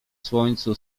słońcu